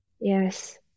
Yes